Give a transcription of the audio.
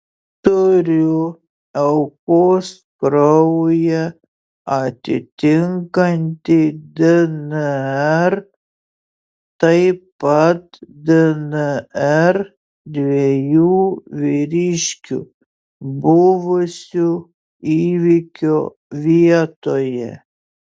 turiu aukos kraują atitinkantį dnr taip pat dnr dviejų vyriškių buvusių įvykio vietoje